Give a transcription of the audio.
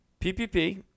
PPP